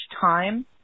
time